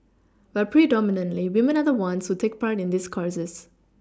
but predominantly women are the ones who take part in these courses